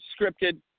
scripted